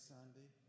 Sunday